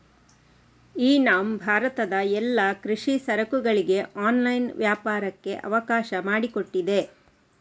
E NAM ಭಾರತದ ಎಲ್ಲಾ ಕೃಷಿ ಸರಕುಗಳಿಗೆ ಆನ್ಲೈನ್ ವ್ಯಾಪಾರಕ್ಕೆ ಅವಕಾಶ ಮಾಡಿಕೊಟ್ಟಿದೆ